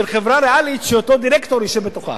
חברה ריאלית שאותו דירקטור ישב בתוכה?